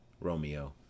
Romeo